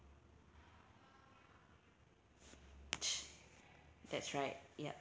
that's right ya